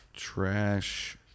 Trash